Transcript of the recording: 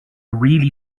really